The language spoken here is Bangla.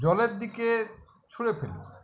জলের দিকে ছুড়ে ফেলি